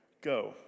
go